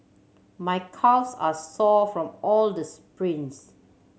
my calves are sore from all the sprints